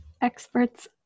Experts